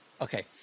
okay